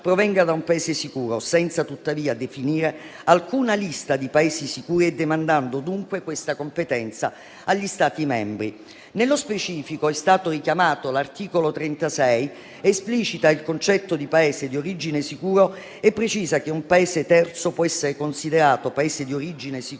provenga da un Paese sicuro, senza tuttavia definire alcuna lista di Paesi sicuri e demandando dunque questa competenza agli Stati membri. Nello specifico, è stato richiamato l'articolo 36, che esplicita il concetto di Paese di origine sicuro e precisa che un Paese terzo può essere considerato Paese di origine sicuro